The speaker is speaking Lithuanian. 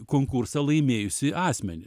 konkursą laimėjusį asmenį